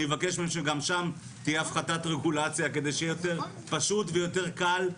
ואני אבקש מהם שגם שם תהיה הפחתת רגולציה כדי שיהיה יותר פשוט ויותר קל,